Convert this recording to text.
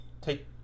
take